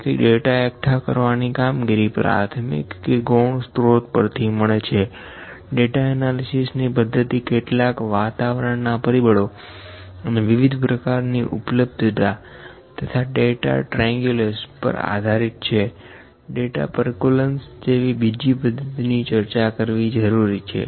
તેથી ડેટા એકઠા કરવાની કામગીરી પ્રાથમિક કે ગૌણ સ્ત્રોત પરથી મળે છે ડેટા એનાલિસિસ ની પદ્ધતિ કેટલાક વાતાવરણ ના પરિબળો અને વિવિધ પ્રકારની ઉપલબ્ધતા તથા ડેટા ટ્રઈંગુલસં પર આધારિત છે ડેટા પરકુલેસં જેવી બીજી પદ્ધતિ ની ચર્ચા કરવી જરૂરી છે